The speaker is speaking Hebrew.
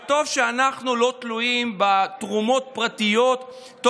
אבל טוב שאנחנו לא תלויים בתרומות פרטיות,